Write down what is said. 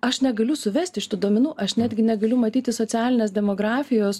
aš negaliu suvesti šitų duomenų aš netgi negaliu matyti socialinės demografijos